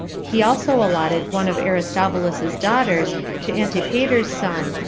he also allotted one of aristobulus's daughters to antipater's son,